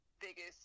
biggest